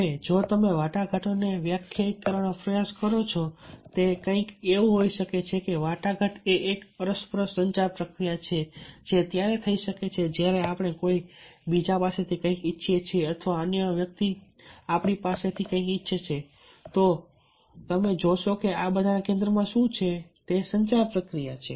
હવે જો તમે વાટાઘાટોને વ્યાખ્યાયિત કરવાનો પ્રયાસ કરો છો તો તે કંઈક એવું હોઈ શકે છે કે વાટાઘાટ એ એક અરસપરસ સંચાર પ્રક્રિયા છે જે ત્યારે થઈ શકે છે જ્યારે આપણે કોઈ બીજા પાસેથી કંઈક ઈચ્છીએ છીએ અથવા અન્ય વ્યક્તિ આપણી પાસેથી કંઈક ઈચ્છે છે તો તમે જોશો કે આ બધામાં કેન્દ્રમાં શું છે તે સંચાર પ્રક્રિયા છે